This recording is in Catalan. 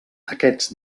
aquests